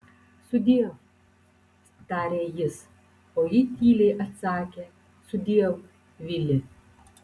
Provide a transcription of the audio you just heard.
sudiev tarė jis o ji tyliai atsakė sudiev vili